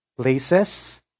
places